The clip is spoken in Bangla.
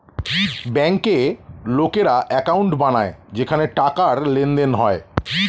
ব্যাংকে লোকেরা অ্যাকাউন্ট বানায় যেখানে টাকার লেনদেন হয়